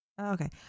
Okay